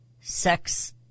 sex